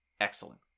excellent